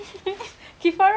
uh saya rasa rasa